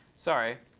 sorry.